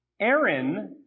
Aaron